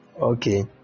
okay